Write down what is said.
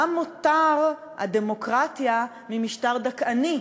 מה מותר הדמוקרטיה ממשטר דכאני?